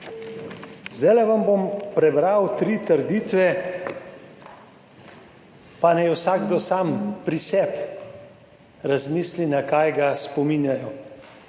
Zdaj vam bom prebral 3 trditve, pa naj vsakdo sam pri sebi razmisli na kaj ga spominjajo